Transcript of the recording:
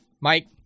Mike